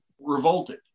revolted